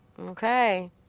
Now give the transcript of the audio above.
Okay